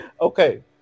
Okay